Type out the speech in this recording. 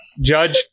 Judge